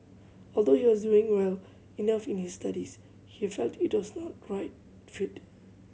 although he was well enough in his studies he felt it was not right fit